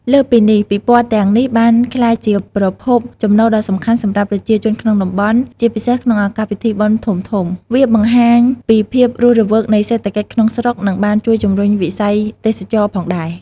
លើសពីនេះ ពិព័រណ៍ទាំងនេះបានក្លាយជាប្រភពចំណូលដ៏សំខាន់សម្រាប់ប្រជាជនក្នុងតំបន់ ជាពិសេសក្នុងឱកាសពិធីបុណ្យធំៗ។